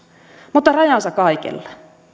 mutta rajansa kaikella